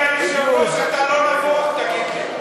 אדוני היושב-ראש, אתה לא נבוך, תגיד לי?